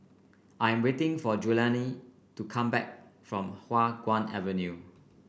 I'm waiting for Julianne to come back from Hua Guan Avenue